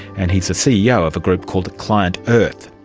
and he's a ceo of a group called client earth.